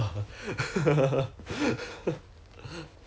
seven eight seven ah